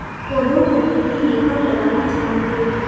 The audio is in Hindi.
पौधे को मिट्टी में कब लगाना चाहिए?